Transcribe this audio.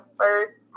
first